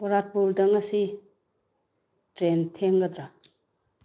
ꯒꯣꯔꯥꯛꯄꯨꯔꯗ ꯉꯁꯤ ꯇ꯭ꯔꯦꯟ ꯊꯦꯡꯒꯗ꯭ꯔꯥ